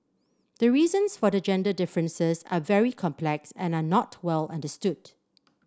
the reasons for the gender differences are very complex and are not well understood